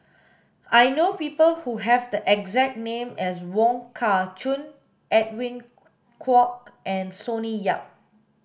I know people who have the exact name as Wong Kah Chun Edwin Koek and Sonny Yap